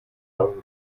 dann